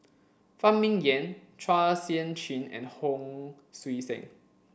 Phan Ming Yen Chua Sian Chin and Hon Sui Sen